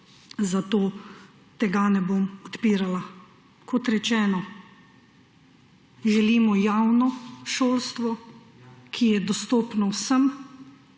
zato tega ne bom odpirala. Kot rečeno, želimo javno šolstvo, ki je dostopno vsem